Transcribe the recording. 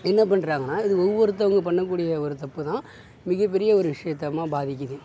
என்ன பண்ணுறாங்கனா இது ஒவ்வொருத்தவங்க பண்ணக்கூடிய ஒரு தப்பு தான் மிகப்பெரிய ஒரு விஷியத்தமா பாதிக்குது